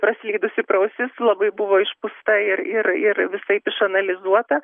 praslydusi pro ausis labai buvo išpūsta ir ir ir visaip išanalizuota